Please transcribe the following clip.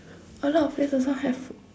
a lot of place also have